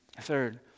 third